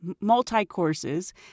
multi-courses